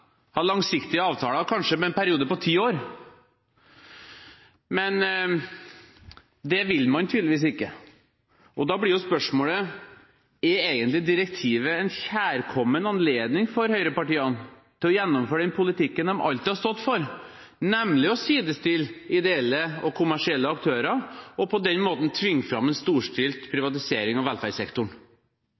ha skjermede anbudsrunder, at dette bare skal vare fram til det nye direktivet trer i kraft? Jeg vil tro at man kunne, hvis man ville, hatt langsiktige avtaler, kanskje over en periode på ti år. Men det vil man tydeligvis ikke. Da blir jo spørsmålet: Er direktivet egentlig en kjærkommen anledning for høyrepartiene til å gjennomføre den politikken de alltid har stått for, nemlig å sidestille ideelle og